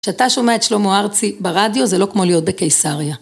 כשאתה שומע את שלמה ארצי ברדיו, זה לא כמו להיות בקיסריה.